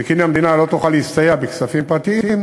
שכן אם המדינה לא תוכל להסתייע בכספים פרטיים,